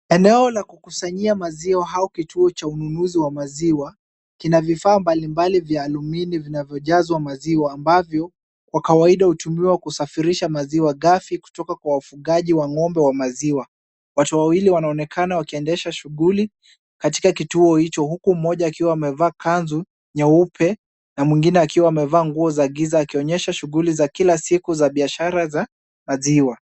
Eneo la kukusanyia maziwa au kituo cha ununuzi wa maziwa kina vifaa mbalimbali vya alumini vinavyojazwa maziwa ambavyo kwa kawaida hutumiwa kusafirisha maziwa ghafi kutoka kwa wafugaji wa ng'ombe wa maziwa. Watu wawili wanaonekana wakiendesha shughuli katika kituo hicho huku mmoja akiwa amevaa kanzu nyeupe na mwingine akiwa amevaa nguo za giza akionyesha shughuli za kila siku za biashara za maziwa.